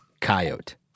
coyote